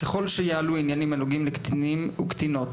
ככל שיעלו עניינים הנוגעים לקטינים וקטינות